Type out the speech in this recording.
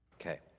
Okay